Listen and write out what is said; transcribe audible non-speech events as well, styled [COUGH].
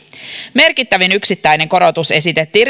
merkittävin yksittäinen korotus esitettiin [UNINTELLIGIBLE]